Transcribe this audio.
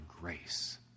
grace